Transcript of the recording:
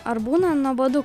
ar būna nuobodu